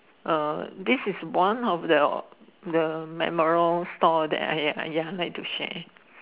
uh this is one of the the memorable store that I ya like to share